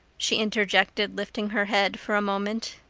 she interjected, lifting her head for a moment.